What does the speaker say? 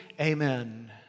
Amen